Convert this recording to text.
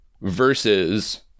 versus